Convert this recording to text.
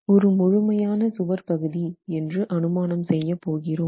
ஒரு முழுமையான சுவர் பகுதி என்று அனுமானம் செய்யப் போகிறோம்